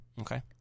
Okay